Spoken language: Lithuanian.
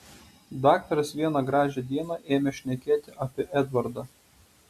daktaras vieną gražią dieną ėmė šnekėti apie edvardą